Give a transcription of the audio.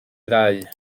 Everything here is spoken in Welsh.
ddau